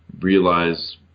realize